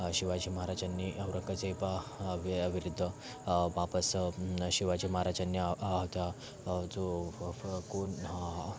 शिवाजी महाराजांनी औरंगजेबा व्य विरुद्ध वापस शिवाजी महाराजांनी ता जो कोण हा